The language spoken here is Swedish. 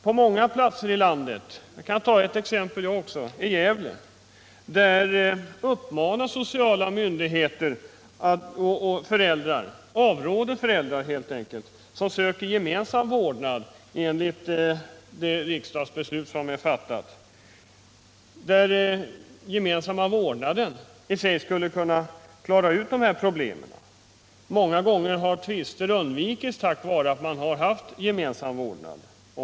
På många platser i landet — jag kan som exempel ange Gävle — avråder sociala myndigheter föräldrar från att söka gemensam vårdnad i enlighet med det riksdagsbeslut som fattats. Det gäller fall där den gemensamma vårdnaden skulle kunna klara ut problemen. Många gånger har tvister undvikits tack vare att föräldrarna haft gemensam vård.